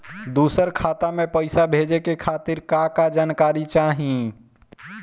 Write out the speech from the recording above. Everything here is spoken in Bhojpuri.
दूसर खाता में पईसा भेजे के खातिर का का जानकारी चाहि?